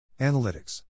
Analytics